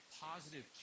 positive